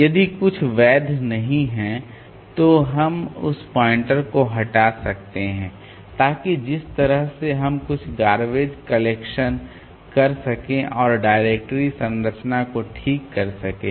यदि कुछ वैध नहीं है तो हम उस पॉइंटर को हटा सकते हैं ताकि जिस तरह से हम कुछ गार्बेज कलेक्शन कर सकें और डायरेक्टरी संरचना को ठीक कर सकें